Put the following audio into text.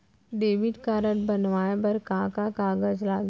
Debit card बनवाये बर का का कागज लागही?